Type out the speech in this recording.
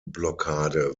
blockade